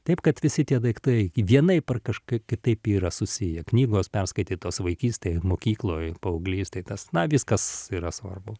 taip kad visi tie daiktai vienaip ar kažkaip kitaip yra susiję knygos perskaitytos vaikystėj mokykloj paauglystėj tas na viskas yra svarbu